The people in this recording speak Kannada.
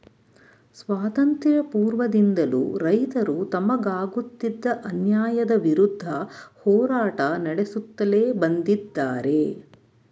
ಸ್ವಾತಂತ್ರ್ಯ ಪೂರ್ವದಿಂದಲೂ ರೈತರು ತಮಗಾಗುತ್ತಿದ್ದ ಅನ್ಯಾಯದ ವಿರುದ್ಧ ಹೋರಾಟ ನಡೆಸುತ್ಲೇ ಬಂದಿದ್ದಾರೆ